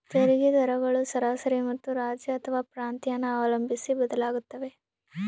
ತೆರಿಗೆ ದರಗಳು ಸರಾಸರಿ ಮತ್ತು ರಾಜ್ಯ ಅಥವಾ ಪ್ರಾಂತ್ಯನ ಅವಲಂಬಿಸಿ ಬದಲಾಗುತ್ತವೆ